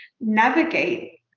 navigate